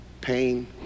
pain